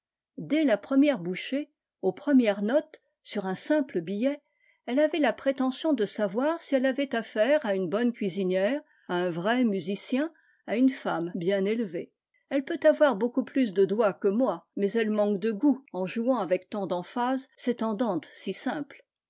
dès la première bouchée aux premières notes sur un simple billet elle avait la prétention de savoir si elle avait an'aire à une bonne cuisinière à un vrai musicien à une femme bien élevée elle peut avoir beaucoup plus de doigts que moi mais elle manque de goût en jouant avec tant d'emphase cet andante si simple